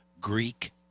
Greek